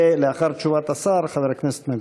ולאחר תשובת השר, חבר הכנסת נגוסה.